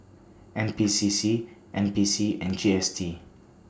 N P C C N P C and G S T